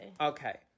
Okay